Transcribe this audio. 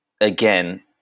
again